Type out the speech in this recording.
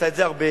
עשה את זה הרבה,